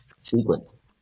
sequence